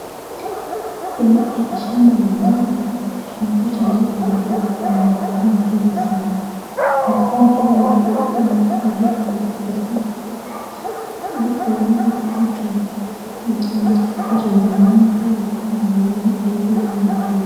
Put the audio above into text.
Hili pia ni shamba la ndizi ambalo tunapata ndizi ambao ina mgomba mrefu sana . Mgomba ili, hili mgomba hili ni refu sana wawezwa kukatwa, wanataka kukata na wamama hawa na waende waweze kwendakuuza.